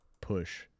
push